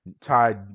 Tied